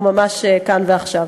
הוא ממש כאן ועכשיו.